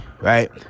right